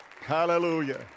Hallelujah